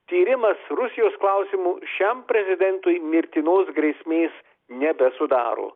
tyrimas rusijos klausimu šiam prezidentui mirtinos grėsmės nebesudaro